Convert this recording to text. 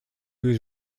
was